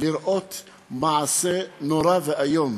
לראות מעשה נורא ואיום,